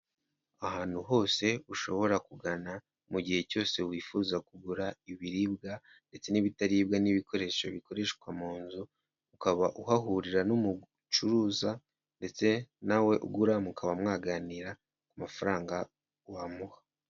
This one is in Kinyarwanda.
Ahantu hose ushobora kugana mu gihe cyose wifuza kugura ibiribwa ndetse n'ibitaribwa n'ibikoresho bikoreshwa mu nzu ukaba uhahurira n'umucuruza ndetse nawe ugura mukaba mwaganira ku mafaranga wamuha.